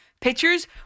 pitchers